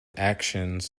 actions